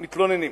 מתלוננים.